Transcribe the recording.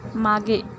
मागे